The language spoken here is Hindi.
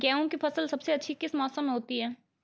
गेंहू की फसल सबसे अच्छी किस मौसम में होती है?